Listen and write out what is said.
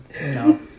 No